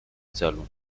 celu